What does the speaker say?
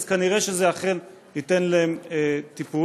אז כנראה זה אכן ייתן להם טיפול.